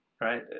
right